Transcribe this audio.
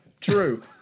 true